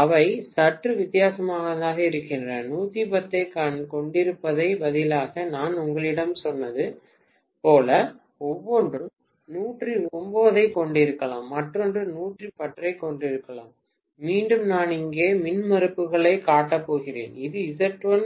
அவை சற்று வித்தியாசமாக இருக்கின்றன 110 ஐக் கொண்டிருப்பதற்குப் பதிலாக நான் உங்களிடம் சொன்னது போல ஒவ்வொன்றும் 109 ஐக் கொண்டிருக்கலாம் மற்றொன்று 110 ஐக் கொண்டிருக்கலாம் மீண்டும் நான் இங்கே மின்மறுப்புகளைக் காட்டப் போகிறேன் இது Z1